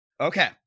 okay